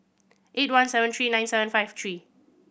eight one seven three nine seven five three